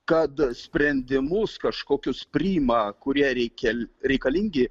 kada sprendimus kažkokius priima kurie reikia reikalingi